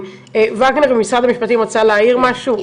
וגנר ממשרד המשפטים רוצה להעיר משהו.